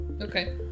Okay